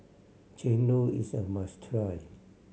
chendol is a must try